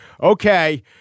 okay